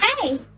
hey